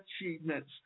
achievements